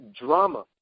drama